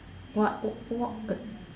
what what